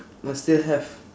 no still have